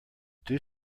due